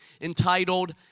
entitled